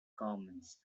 commons